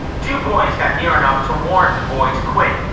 two boys got near enough to warn the boy to quit,